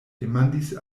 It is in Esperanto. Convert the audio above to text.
demandis